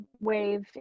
wave